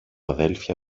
αδέλφια